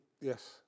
Yes